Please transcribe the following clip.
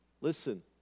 listen